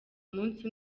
umunsi